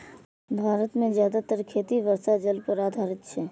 भारत मे जादेतर खेती वर्षा जल पर आधारित छै